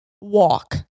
walk